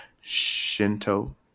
Shinto